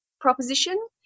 proposition